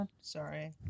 Sorry